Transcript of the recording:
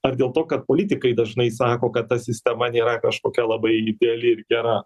ar dėl to kad politikai dažnai sako kad ta sistema nėra kažkokia labai ideali ir gera